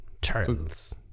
Turtles